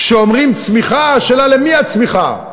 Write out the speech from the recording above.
כשאומרים צמיחה, השאלה למי הצמיחה.